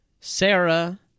Sarah